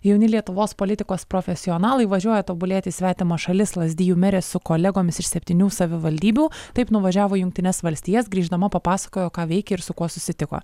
jauni lietuvos politikos profesionalai važiuoja tobulėti į svetimas šalis lazdijų merė su kolegomis iš septynių savivaldybių taip nuvažiavo į jungtines valstijas grįždama papasakojo ką veikė ir su kuo susitiko